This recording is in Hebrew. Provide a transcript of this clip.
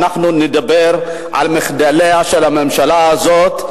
אנחנו נדבר על מחדליה של הממשלה הזאת,